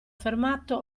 fermato